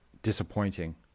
disappointing